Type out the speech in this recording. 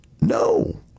No